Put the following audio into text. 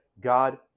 God